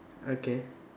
okay